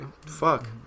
Fuck